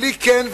בלי "כן",